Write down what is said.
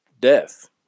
death